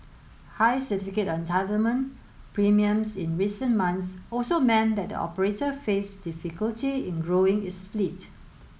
high Certificate of Entitlement premiums in recent months also meant that the operator faced difficulty in growing its fleet